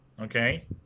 okay